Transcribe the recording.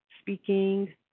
speaking